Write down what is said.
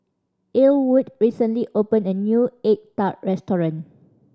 Elwood recently open a new egg tart restaurant